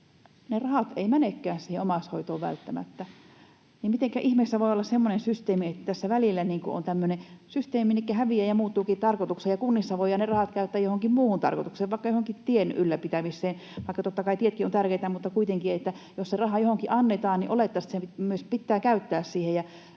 Ne rahat eivät menekään välttämättä omaishoitoon. Mitenkä ihmeessä voi olla semmoinen systeemi, että tässä välillä on tämmöinen systeemi, minnekä häviää ja missä muuttuukin tarkoitus ja kunnissa voidaan ne rahat käyttää johonkin muuhun tarkoitukseen, vaikka johonkin tien ylläpitämiseen? Totta kai tietkin ovat tärkeitä, mutta kuitenkin, jos se raha johonkin annetaan, olettaisi, että se myös pitää käyttää siihen.